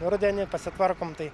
rudenį pasitvarkom tai